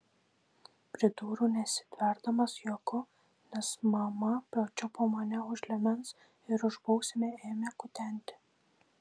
pridūriau nesitverdamas juoku nes mama pačiupo mane už liemens ir už bausmę ėmė kutenti